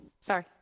sorry